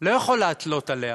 לא יכול להתלות עליה.